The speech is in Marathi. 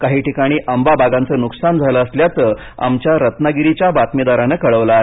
काही ठिकाणी आंबा बागांचं नुकसान झालं असल्याचं आमच्या रत्नागिरीच्या बातमीदारानं कळवलं आहे